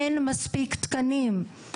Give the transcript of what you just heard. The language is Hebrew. אין מספיק תקנים,